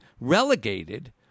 relegated